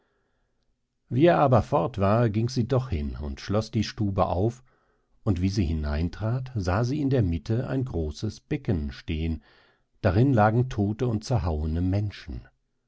er aber fort war ging sie doch hin und schloß die stube auf und wie sie hineintrat sah sie in der mitte ein großes becken stehen darin lagen todte und zerhauene menschen